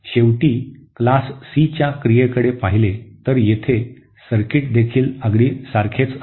आणि शेवटी वर्ग सीच्या क्रियेकडे पाहिले तर येथे सर्किट देखील अगदी सारखेच आहे